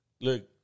Look